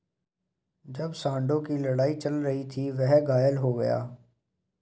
जब सांडों की लड़ाई चल रही थी, वह घायल हो गया